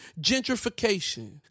gentrification